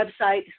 website